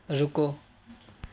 ਰੁਕੋ